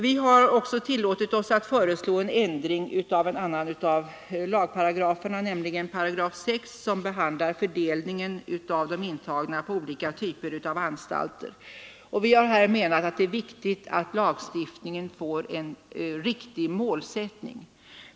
Vi har också tillåtit oss föreslå en ändring av 6 § som behandlar fördelningen av de intagna på olika typer av anstalter. Vi menar att det är viktigt att lagstiftningen får en riktig målsättning.